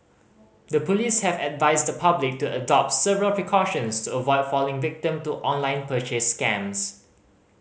the police have advised the public to adopt several precautions to avoid falling victim to online purchase scams